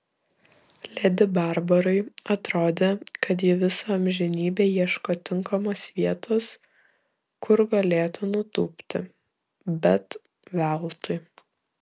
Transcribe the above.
ledi barbarai atrodė kad ji visą amžinybę ieško tinkamos vietos kur galėtų nutūpti bet veltui